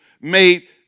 made